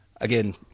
again